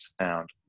sound